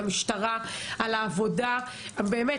למשטרה על העבודה הבאמת,